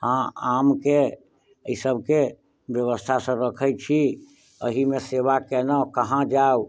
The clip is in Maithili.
आमके अछि सबके व्यवस्था सऽ रखै छी एहिमे सेबा केलहुॅं कहाँ जाउ